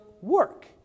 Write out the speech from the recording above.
work